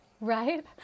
right